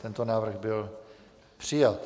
Tento návrh byl přijat.